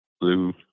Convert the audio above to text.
blue